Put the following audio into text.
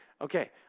Okay